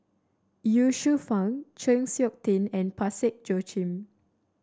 Ye Shufang Chng Seok Tin and Parsick Joaquim